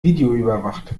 videoüberwacht